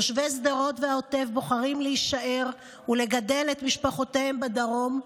תושבי שדרות והעוטף בוחרים להישאר ולגדל את משפחותיהם בדרום.